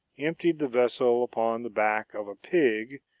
emptied the vessel upon the back of a pig,